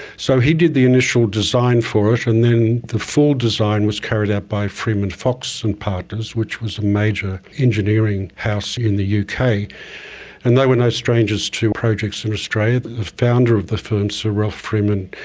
so he did the initial design for it, and then the full design was carried out by freeman fox and partners, which was a major engineering house in the yeah uk, and they were no strangers to projects in and australia the ah founder of the firm, sir ralph freeman,